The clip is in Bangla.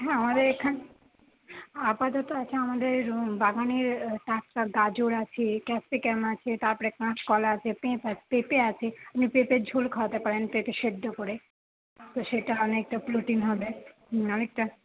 হ্যাঁ আমাদের এখানে আপাতত আছে আমাদের বাগানের টাটকা গাজর আছে ক্যাপ্সিকাম আছে তারপরে কাঁচকলা আছে পেঁপে আছে আপনি পেঁপের ঝোল খাওয়াতে পারেন পেঁপে সেদ্ধ করে সেটা অনেকটা প্রোটিন হবে অনেকটা